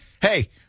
hey